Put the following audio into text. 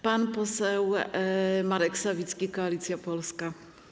Pan poseł Marek Sawicki, Koalicja Polska.